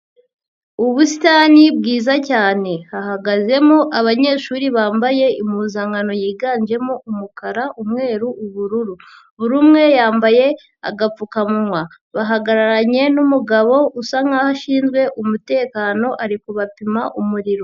Ubusitani bwiza cyane hahagazemo abanyeshuri bambaye impuzankano yiganjemo umukara, umweru, ubururu, buri umwe yambaye agapfukamunwa, bahagararanye n'umugabo usa nk'aho ushinzwe umutekano ari kubapima umuriro.